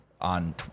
on